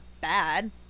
bad